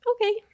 okay